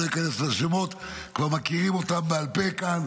לא אכנס לשמות, כבר מכירים אותם בעל פה כאן.